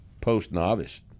post-novice